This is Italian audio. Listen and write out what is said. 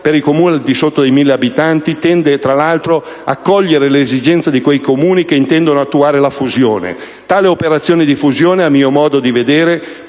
per i Comuni al di sotto dei 1.000 abitanti tende, tra l'altro, a cogliere l'esigenza di quelli che intendono attuare la fusione. Tale operazione di fusione, a mio modo di vedere,